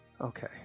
Okay